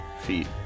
feet